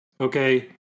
Okay